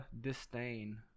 disdain